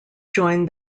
joined